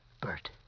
Bert